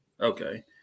Okay